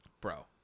bro